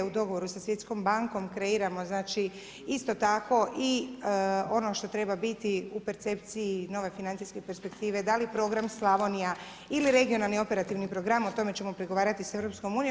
U dogovoru sa Svjetskom bankom kreiramo, znači, isto tako i ono što treba biti u percepciji nove financijske perspektive, dali program Slavonija ili regionalni operativni program, o tome ćemo pregovarati sa EU.